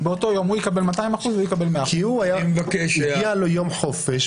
באותו יום הוא יקבל 200% והוא יקבל 100%. כי הגיע לו יום חופש,